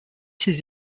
ses